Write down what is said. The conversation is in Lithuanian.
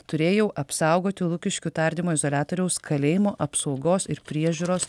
turėjau apsaugoti lukiškių tardymo izoliatoriaus kalėjimo apsaugos ir priežiūros